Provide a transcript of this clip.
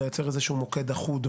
על לייצר איזה שהוא מוקד אחוד,